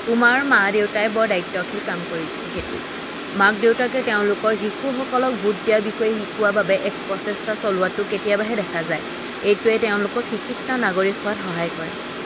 তোমাৰ মা দেউতাই বৰ দায়িত্বশীল কাম কৰিছে সেইটো মাক দেউতাকে তেওঁলোকৰ শিশুসকলক ভোট দিয়াৰ বিষয়ে শিকোৱাৰ বাবে এক প্ৰচেষ্টা চলোৱাটো কেতিয়াবাহে দেখা যায় এইটোৱে তেওঁলোকক শিক্ষিত নাগৰিক হোৱাত সহায় কৰে